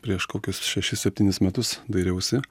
prieš kokius šešis septynis metus dairiausi